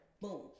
Boom